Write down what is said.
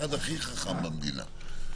המשרד הכי חכם במדינה,